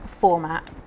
format